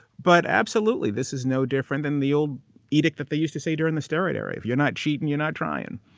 but absolutely, this is no different than the old edict that they used to say during the steroid era. if you're not cheating, you're not trying.